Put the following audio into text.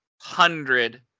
hundred